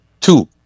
two